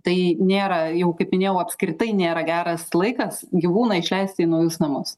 tai nėra jau kaip minėjau apskritai nėra geras laikas gyvūną išleisti į naujus namus